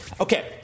Okay